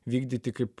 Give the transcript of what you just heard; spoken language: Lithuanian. vykdyti kaip